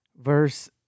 Verse